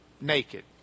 naked